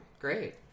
great